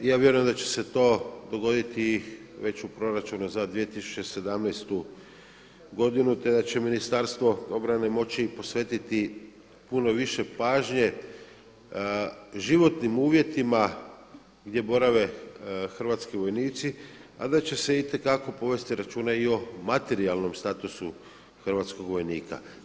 I ja vjerujem da će se to dogoditi već u proračunu za 2017. godinu te da će Ministarstvo obrane moći i posvetiti puno više pažnje životnim uvjetima gdje borave hrvatski vojnici a da će se itekako povesti računa i o materijalnom statusu hrvatskog vojnika.